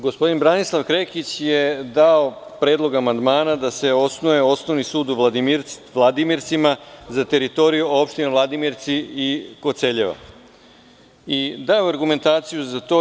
Gospodin Branislav Krekić je dao predlog amandmana da se osnuje osnovni sud u Vladimircima za teritoriju opština Vladimirci i Koceljeva i dao je argumentaciju za to.